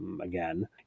again